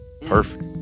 Perfect